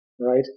right